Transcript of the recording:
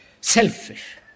selfish